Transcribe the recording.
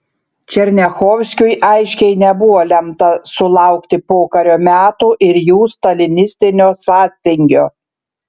černiachovskiui aiškiai nebuvo lemta sulaukti pokario metų ir jų stalinistinio sąstingio